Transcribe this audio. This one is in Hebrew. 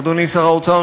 אדוני שר האוצר,